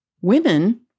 women